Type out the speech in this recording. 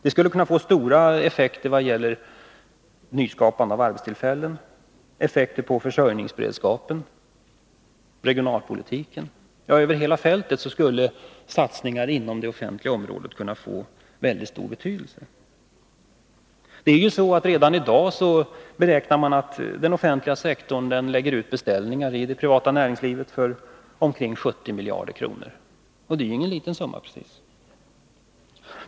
Det skulle kunna få stora effekter vad gäller nyskapande av arbetstillfällen, effekter på försörjningsberedskapen, regionalpolitiken — ja, över hela fältet skulle satsningar inom det offentliga området få mycket stor betydelse. Redan i dag beräknar man att den offentliga sektorn lägger ut beställningar i det privata näringslivet för omkring 70 miljarder kronor, och det är ju ingen liten summa precis.